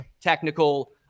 technical